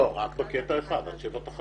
לא, רק בקטע אחד, עד שבע תחנות.